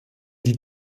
die